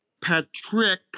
Patrick